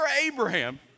Abraham